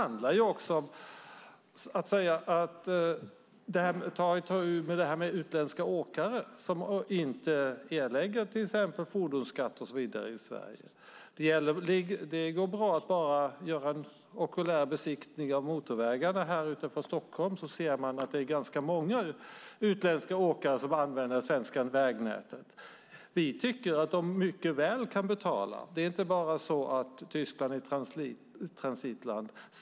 När det gäller utländska åkare som inte erlägger till exempel fordonsskatt och så vidare i Sverige går det bra att göra en okulär besiktning av motorvägarna från Stockholm. Då ser man att det är ganska många utländska åkare som använder det svenska vägnätet. Vi tycker att de mycket väl kan betala. Det är inte bara Tyskland som är transitland.